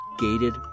gated